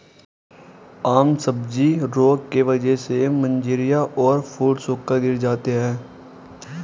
आम सब्जी रोग की वजह से मंजरियां और फूल सूखकर गिर जाते हैं